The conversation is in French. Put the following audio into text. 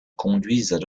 conduisent